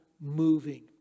moving